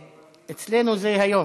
אצלנו זה היום.